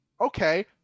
okay